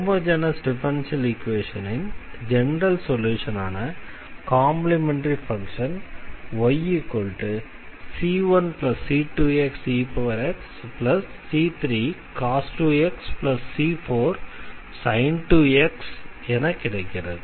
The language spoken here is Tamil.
ஹோமொஜெனஸ் டிஃபரன்ஷியல் ஈக்வேஷனின் ஜெனரல் சொல்யூஷனான complementary function yc1c2xexc3cos 2x c4sin 2x என கிடைக்கிறது